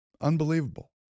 Unbelievable